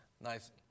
Nice